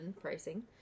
pricing